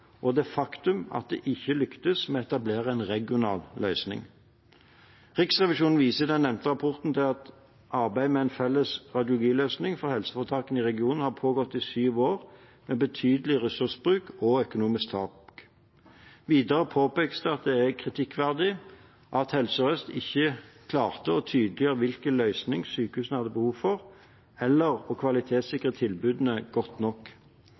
og det faktum at de ikke lyktes med å etablere en regional løsning. Riksrevisjonen viser i den nevnte rapporten til at arbeidet med en felles radiologiløsning for helseforetakene i regionen har pågått i syv år, med betydelig ressursbruk og økonomiske tap. Videre påpekes det at det er kritikkverdig at Helse Sør-Øst ikke klarte å tydeliggjøre hvilken løsning sykehusene hadde behov for, eller å kvalitetssikre tilbudene godt nok.